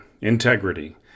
integrity